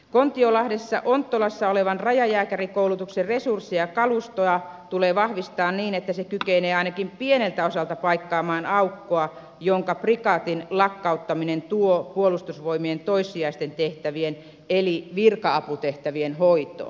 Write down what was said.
kontiolahdessa onttolassa olevan rajajääkärikoulutuksen resursseja ja kalustoa tulee vahvistaa niin että se kykenee ainakin pieneltä osalta paikkaamaan aukkoa jonka prikaatin lakkauttaminen tuo puolustusvoimien toissijaisten tehtävien eli virka aputehtävien hoitoon